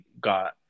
got